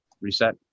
reset